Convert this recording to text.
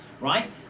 right